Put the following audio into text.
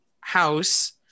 house